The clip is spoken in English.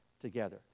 together